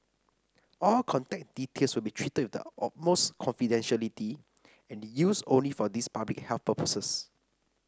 all contact details will be treated the utmost confidentiality and used only for these public health purposes